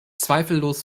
zweifellos